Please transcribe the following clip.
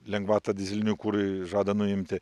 lengvatą dyzeliniam kurui žada nuimti